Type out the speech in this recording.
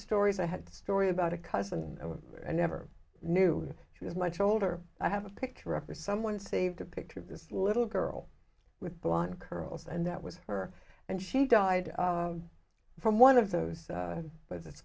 stories i had story about a cousin i never knew she was much older i have a picture up with someone saved a picture of this little girl with blond curls and that was her and she died from one of those but